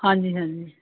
ਹਾਂਜੀ ਹਾਂਜੀ